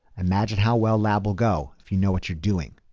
imagine how well lab will go if you know what you're doing.